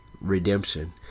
Redemption